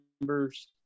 members